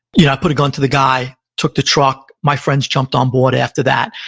you know i put a gun to the guy, took the truck. my friends jumped on board after that,